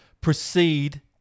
proceed